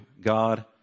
God